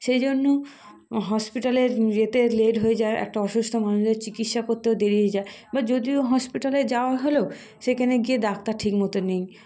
সেই জন্য হসপিটালে যেতে লেট হয়ে যায় একটা অসুস্থ মানুষের চিকিৎসা করতেও দেরি হয়ে যায় বা যদিও হসপিটালে যাওয়া হলো সেখানে গিয়ে ডাক্তার ঠিক মতো নেই